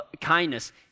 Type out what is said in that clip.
Kindness